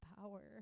power